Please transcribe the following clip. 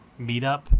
meetup